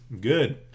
good